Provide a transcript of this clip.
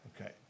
Okay